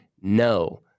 no